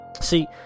See